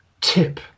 tip